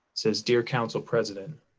says dr. council president.